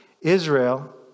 Israel